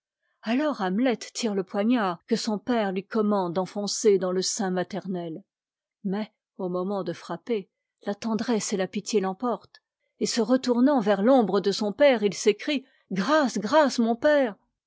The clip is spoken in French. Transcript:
alors hamlet tire le poignard que son père lui commande d'enfoncer dans le sein maternel mais au moment de frapper la tendresse et la pitié l'emportent et se retournant vers l'ombre de son père il s'écrie gf tce grdce mon père